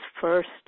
first